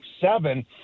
seven